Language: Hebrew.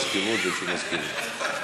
משוטטים בכל מקום בעולם.